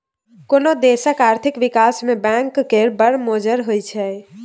कोनो देशक आर्थिक बिकास मे बैंक केर बड़ मोजर होइ छै